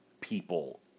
people